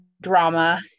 drama